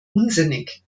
unsinnig